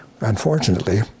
unfortunately